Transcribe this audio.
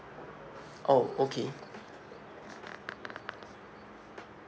oh okay